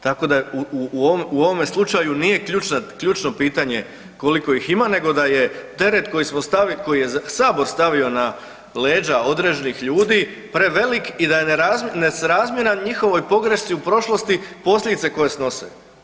Tako da u ovome slučaju nije ključno pitanje koliko ih ima nego da je teret koji smo stavili, koji je Sabor stavio na leđa određenih ljudi prevelik i da nesrazmjeran njihovoj pogrešci u prošlosti, posljedice koje snose.